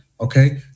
okay